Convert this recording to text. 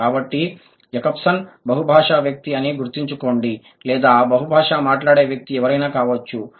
కాబట్టి జాకబ్సన్ బహుభాషా వక్త అని గుర్తుంచుకోండి లేదా బహుభాషా మాట్లాడే వ్యక్తి ఎవరైనా కావచ్చు